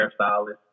hairstylist